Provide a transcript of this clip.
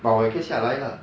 but 我也可以下来 lah